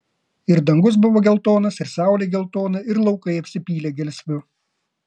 ir dangus buvo geltonas ir saulė geltona ir laukai apsipylė gelsviu